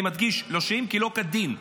אני מדגיש, לשובים שלא כדין.